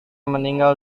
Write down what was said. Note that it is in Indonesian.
meninggal